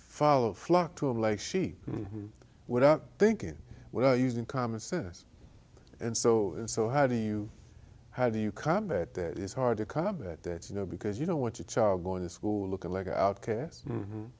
follow flock to him like sheep without thinking without using common sense and so and so how do you how do you combat that is hard to combat that you know because you don't want your child going to school looking like outcast